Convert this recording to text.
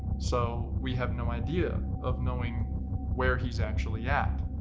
so we have no idea of knowing where he's actually at.